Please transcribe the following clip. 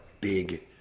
big